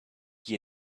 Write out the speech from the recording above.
you